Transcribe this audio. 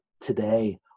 today